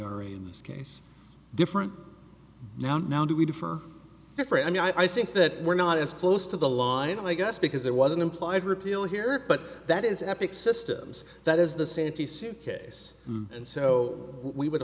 r in this case different now now do we differ different i mean i think that we're not as close to the line i guess because there was an implied repeal here but that is epic systems that is the santee suit case and so we would